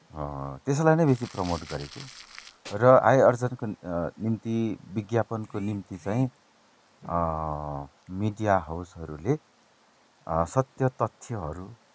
त्यसैलाई नै बेसी प्रमोट गरेको र आय आर्जनको निम्ति विज्ञापनको निम्ति चाहिँ मिडिया हाउसहरूले सत्य तथ्यहरू